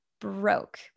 broke